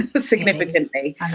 significantly